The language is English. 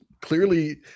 clearly